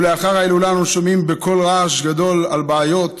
ולאחר ההילולה אנו שומעים בקול רעש גדול על בעיות,